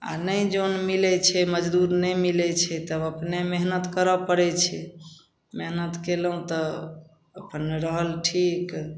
आओर नहि जन मिलै छै मजदूर नहि मिलै छै तब अपने मेहनति करऽ पड़ै छै मेहनति कएलहुँ तऽ अपन रहल ठीक